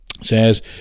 Says